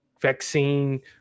vaccine